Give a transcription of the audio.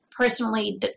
Personally